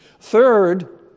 Third